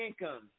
income